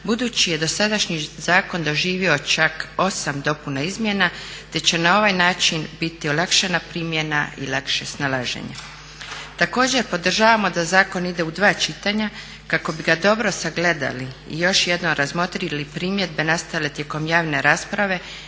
budući je dosadašnji zakon doživio čak 8 dopuna i izmjena te će na ovaj način biti olakšana primjena i lakše snalaženje. Također podržavamo da Zakon ide u dva čitanja kako bi ga dobro sagledali i još jednom razmotrili primjedbe nastale tijekom javne rasprave